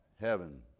Heaven